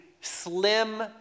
slim